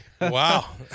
Wow